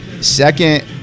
Second